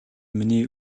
миний